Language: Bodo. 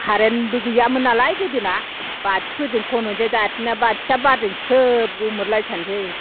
कारेन्टबो गैयामोन नालाय गोदोना बाथिफोरजों खनसै दाना बाथिया बारजों स्रोब गोमोरलायथारनोसै